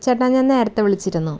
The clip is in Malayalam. ചേട്ടാ ഞാൻ നേരത്തെ വിളിച്ചിരുന്നു